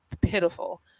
pitiful